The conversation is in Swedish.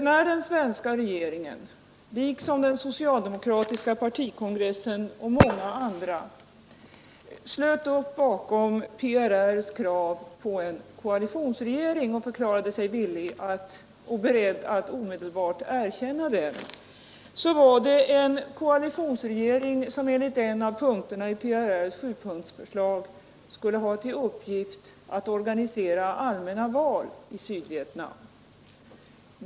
När den svenska regeringen liksom den socialdemokratiska partikongressen och många andra slöt upp bakom PRR:s krav på en koalitionsregering och förklarade sig villig och beredd att omedelbart erkänna en sådan, var det den koalitionsregering som enligt en av punkterna i PRR:s sjupunktsförslag skulle ha till uppgift att organisera allmänna val i Sydvietnam.